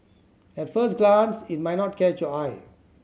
at first glance it might not catch your eye